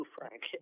Frank